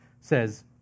says